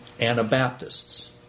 Anabaptists